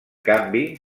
canvi